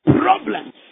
problems